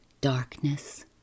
darkness